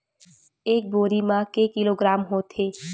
एक बोरी म के किलोग्राम होथे?